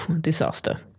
disaster